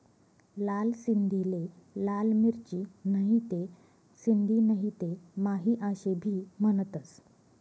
लाल सिंधीले लाल मिरची, नहीते सिंधी नहीते माही आशे भी म्हनतंस